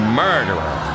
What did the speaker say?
murderer